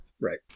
Right